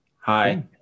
hi